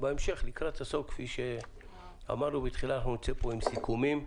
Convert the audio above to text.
בהמשך, לקראת הסוף, נצא עם סיכומים.